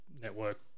Network